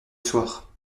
soir